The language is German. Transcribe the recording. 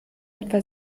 etwa